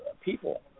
people